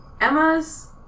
Emma's